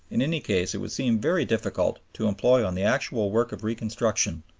in any case, it would seem very difficult to employ on the actual work of reconstruction,